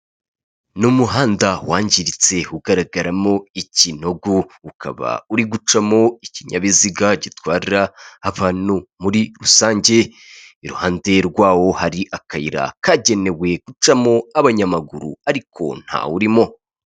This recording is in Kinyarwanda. Ni umuhanda wangiritse ugaragaramo ikinogo, ukaba uri gucamo ikinyabiziga gitwararira abantu muri rusange, iruhande rwawo hari akayira kagenewe gucamo abanyamaguru ariko ntawurimo.